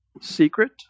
secret